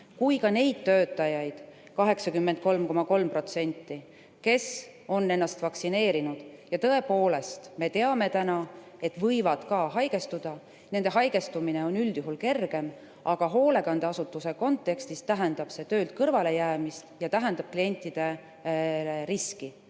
kui ka neid töötajaid, neid 83,3%, kes on ennast vaktsineerida lasknud ja tõepoolest, nagu me teame täna, võivad ka haigestuda. Nende haigestumine on üldjuhul kergem, aga hoolekandeasutuse kontekstis tähendab see töölt kõrvalejäämist ja tähendab klientidele riski.